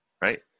Right